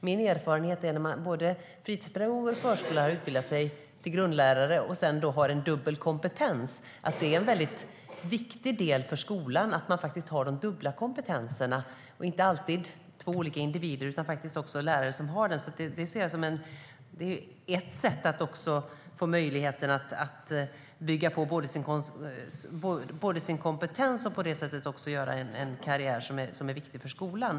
Min erfarenhet är att när fritidspedagoger och förskollärare utbildar sig till grundlärare och då har en dubbel kompetens så är det viktigt för skolan att ha de dubbla kompetenserna, inte alltid hos två olika individer. Det är ett sätt att få möjlighet att bygga på sin kompetens och också göra karriär, vilket är viktigt för skolan.